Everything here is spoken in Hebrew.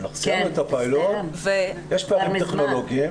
סיימנו את הפיילוט, יש פערים טכנולוגיים.